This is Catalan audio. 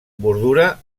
bordura